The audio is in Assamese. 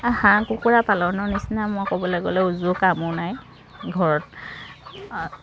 হাঁহ কুকুৰা পালনৰ নিচিনা মই ক'বলৈ গ'লে উজু কামো নাই ঘৰত